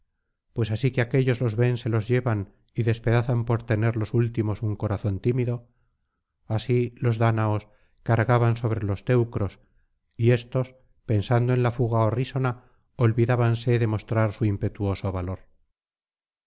pues así que aquéllos los ven se los llevan y despedazan por tener los últimos un corazón tímido así los dáñaos cargaban sobre los teucros y éstos pensando en la fuga horrísona olvidábanse de mostrar su impetuoso valor